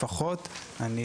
לפחות שלי,